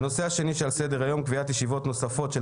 הנושא השני שעל סדר היום הוא קביעת ישיבות נוספות של